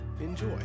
enjoy